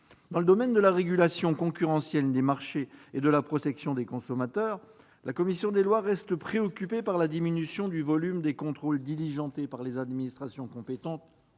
Dans le domaine de la régulation concurrentielle des marchés et de la protection des consommateurs, la commission des lois reste préoccupée par la diminution du volume des contrôles diligentés par les administrations compétentes